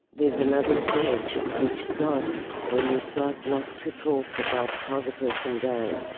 there's another stage which starts when you start not to talk about how the person died,